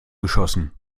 geschossen